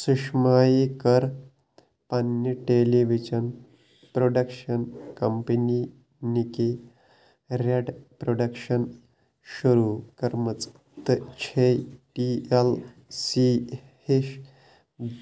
سُشمایہِ كٔر پنٛنہِ television production company نِکی رٮ۪ڈ پروڈکشن شروٗع کٔرمٕژ تہٕ چھَے ٹی ایل سی ہِش